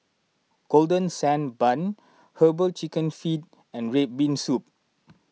Golden Sand Bun Herbal Chicken Feet and Red Bean Soup